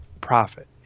profit